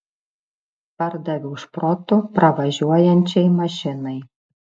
pardaviau šprotų pravažiuojančiai mašinai